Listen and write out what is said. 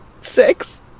six